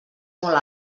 molt